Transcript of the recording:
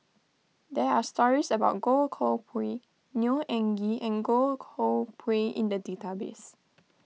there are stories about Goh Koh Pui Neo Anngee in Goh Koh Pui in the database